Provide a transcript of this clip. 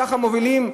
ככה מובילים?